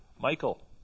Michael